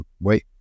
wait